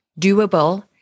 doable